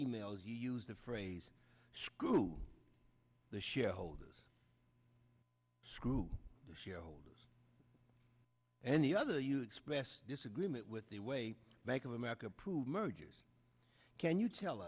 emails you used the phrase screw the shareholders screw the shareholders and the other you expressed disagreement with the way bank of america approved mergers can you tell